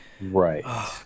right